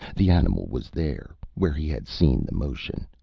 the animal was there where he had seen the motion.